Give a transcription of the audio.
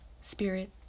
spirit